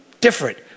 different